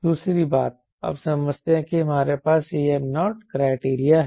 दूसरी बात आप समझते हैं कि हमारे पास Cm0 क्राइटीरिया हैं